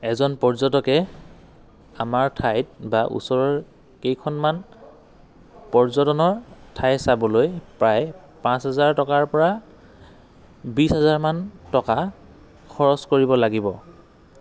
এজন পৰ্যটকে আমাৰ ঠাইত বা ওচৰৰ কেইখনমান পৰ্যটনৰ ঠাই চাবলৈ প্ৰায় পাঁচ হাজাৰ টকাৰ পৰা বিছ হাজাৰমান টকা খৰচ কৰিব লাগিব